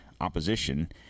opposition